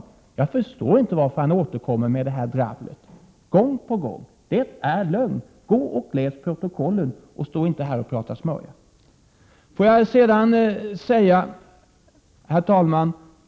Fådenskilnsteuövein Jag förstår inte varför Bertil Fiskesjö gång på gång återkommer med detta a 2 £ dravel. Det är lögn. Gå och läs protokollet och stå inte här och prata smörja! Herr talman!